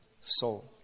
soul